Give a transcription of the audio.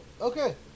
Okay